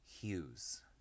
hues